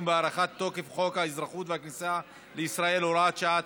בהארכת תוקף חוק האזרחות והכניסה לישראל (הוראת שעה),